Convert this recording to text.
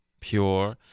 pure